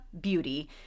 Beauty